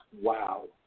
Wow